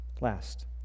last